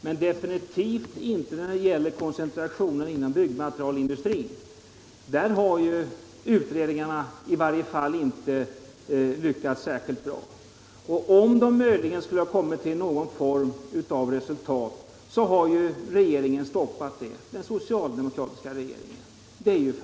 men jag instämmer definitivt inte med honom när det gäller koncentrationen inom byggmaterielindustrin. Där har utredningarna i varje fall inte lyckats särskilt bra. Och om de möjligen skulle ha kunnat komma till någon form av resultat, har den socialdemokratiska regeringen stoppat det!